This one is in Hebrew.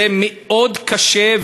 מאוד קשה,